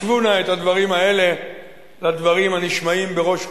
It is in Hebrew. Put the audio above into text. השוו נא את הדברים האלה לדברים הנשמעים היום בראש חוצות,